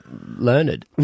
Learned